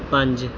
ਪੰਜ